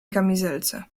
kamizelce